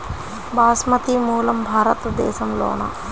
బాస్మతి మూలం భారతదేశంలోనా?